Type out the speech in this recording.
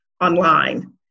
online